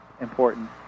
important